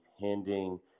handing